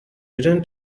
return